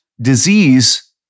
disease